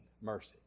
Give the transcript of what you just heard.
mercy